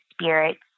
spirits